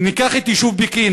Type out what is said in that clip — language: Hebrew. ניקח את היישוב פקיעין.